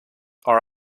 are